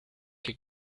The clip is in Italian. che